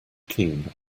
keen